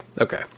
Okay